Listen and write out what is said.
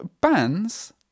bands